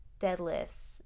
deadlifts